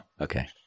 okay